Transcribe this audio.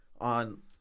on –